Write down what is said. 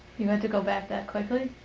you had to go back that quickly?